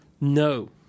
No